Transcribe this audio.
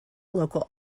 local